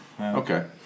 Okay